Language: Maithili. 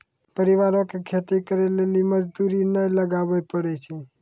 परिवारो के खेती करे लेली मजदूरी नै लगाबै पड़ै छै